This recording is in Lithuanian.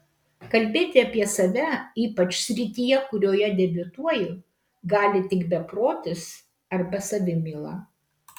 kalbėti apie save ypač srityje kurioje debiutuoji gali tik beprotis arba savimyla